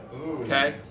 Okay